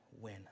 win